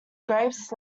grapes